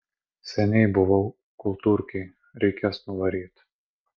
seniai buvau kultūrkėj reikės nuvaryt